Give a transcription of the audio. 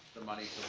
the money